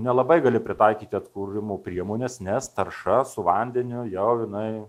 nelabai gali pritaikyti atkūrimo priemones nes tarša su vandeniu jau jinai